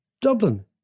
Dublin